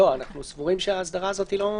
אנחנו סבורים שההסדרה הזאת היא לא מספקת.